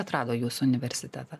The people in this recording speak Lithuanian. atrado jūsų universitetą